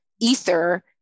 Ether